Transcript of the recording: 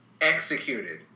executed